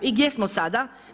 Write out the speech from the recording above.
I gdje smo sada?